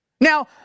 Now